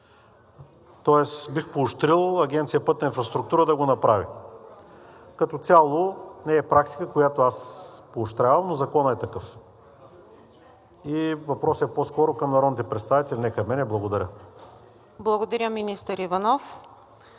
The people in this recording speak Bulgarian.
тоест бих поощрил Агенция „Пътна инфраструктура“ да го направи. Като цяло не е практика, която аз поощрявам, но законът е такъв и въпросът е по-скоро към народните представители, не към мен. Благодаря.